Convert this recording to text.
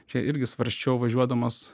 čia irgi svarsčiau važiuodamas